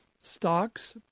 stocks